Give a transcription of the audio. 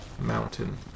mountain